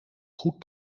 goed